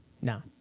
No